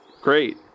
Great